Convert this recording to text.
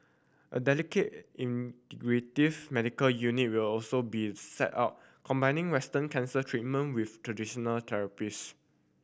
a dedicated integrative medical unit will also be set up combining Western cancer treatment with traditional therapies